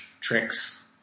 tricks